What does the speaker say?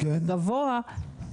גבוה,